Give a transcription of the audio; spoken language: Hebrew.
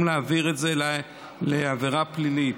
במקום להעביר את זה לעבירה פלילית.